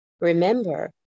remember